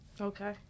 Okay